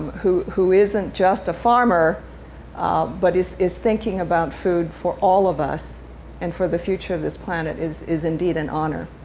who who isn't just a farmer but is is thinking about food for all of us and for the future of this planet is is indeed an honor.